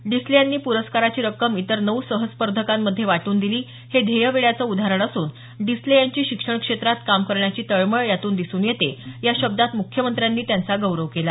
डिसले यांनी प्रस्काराची रक्कम इतर नऊ सहस्पर्धकांमध्ये वाटून दिली हे ध्येयवेडाचं उदाहरण असून डिसले यांची शिक्षण क्षेत्रात काम करण्याची तळमळ यातून दिसून येते या शब्दांत मुख्यमंत्र्यांनी त्यांचा गौरव केला